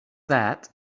that